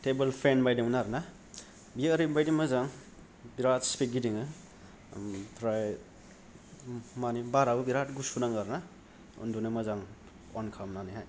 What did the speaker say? table fan बायदोंमोन आरोना बियो ओरैबादि मोजां बिराथ स्पिद गिदिङो उमफ्राय मानि बाराबो बिराथ गुसु नाङो आरोना उन्दुनो मोजां अन खामनानैहाय